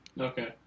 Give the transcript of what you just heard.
Okay